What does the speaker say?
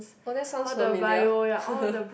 oh that sounds familiar